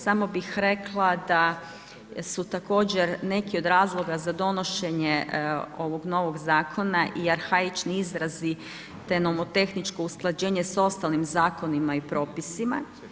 Samo bih rekla da su također neki od razloga za donošenje ovog novog zakona i arhaični izrazi te nomotehničko usklađenje sa ostalim zakonima i propisima.